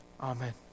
Amen